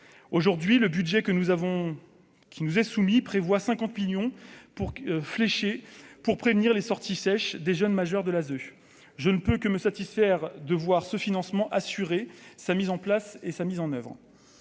aujourd'hui, le budget que nous avons qui nous est soumis prévoit 50 millions pour fléchés pour prévenir les sorties sèches des jeunes majeurs de la dessus je ne peux que me satisfaire de voir ce financement assuré sa mise en place et sa mise en oeuvre